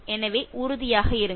எனவே உறுதியாக இருங்கள்